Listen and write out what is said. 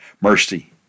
mercy